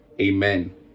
Amen